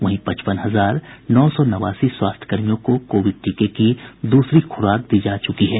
वहीं पचपन हजार नौ सौ नवासी स्वास्थ्य कर्मियों को कोविड टीके की दूसरी खुराक दी जा चूकी है